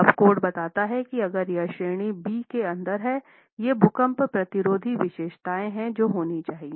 अब कोड बताता है कि अगर यह श्रेणी बी के अंदर है ये भूकंप प्रतिरोधी विशेषताएं हैं जो होनी चाहिए